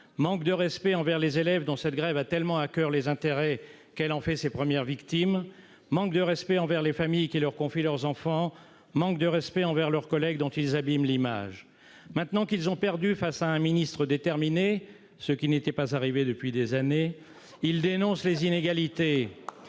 manque de respect envers les élèves, dont cette grève a tellement à coeur les intérêts qu'elle en fait ses premières victimes, manque de respect envers les familles qui leur confient leurs enfants, manque de respect envers leurs collègues, dont ils abîment l'image. Maintenant qu'ils ont perdu face à un ministre déterminé- ce qui n'était pas arrivé depuis des années-, ils dénoncent les inégalités.